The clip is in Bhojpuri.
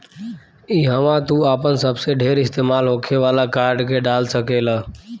इहवा तू आपन सबसे ढेर इस्तेमाल होखे वाला कार्ड के डाल सकेल